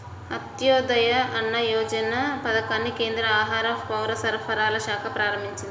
అంత్యోదయ అన్న యోజన పథకాన్ని కేంద్ర ఆహార, పౌరసరఫరాల శాఖ ప్రారంభించింది